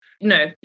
no